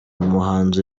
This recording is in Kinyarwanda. umuhanzi